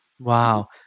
Wow